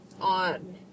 on